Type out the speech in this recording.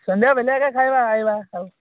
ସନ୍ଧ୍ୟାବେଳେ ଏକା ଖାଇବା ଆସିବା ଆଉ